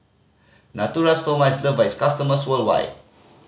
Natura Stoma is loved by its customers worldwide